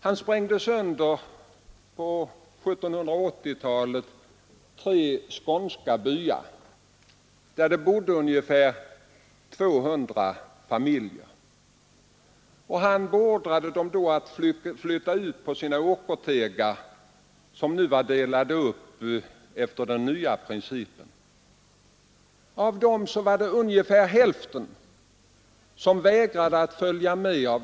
Han sprängde på 1780-talet sönder tre skånska byar där det bodde ungefär 200 familjer, och han beordrade familjerna att flytta ut på åkertegarna, som var uppdelade enligt den nya principen. Av dessa familjer vägrade ungefär hälften att följa med.